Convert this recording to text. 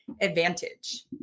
advantage